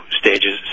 stages